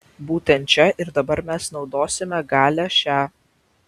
būtent čia ir dabar mes naudosime galią šią